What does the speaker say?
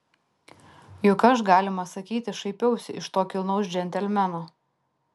juk aš galima sakyti šaipiausi iš to kilnaus džentelmeno